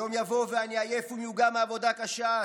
"יום יבוא ואני עייף ומיוגע מעבודה קשה,